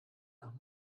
nach